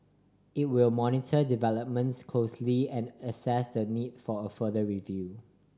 it will monitor developments closely and assess the need for a further review